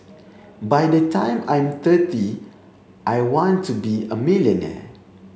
by the time I'm thirty I want to be a millionaire